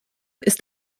ist